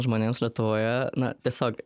žmonėms lietuvoje na tiesiog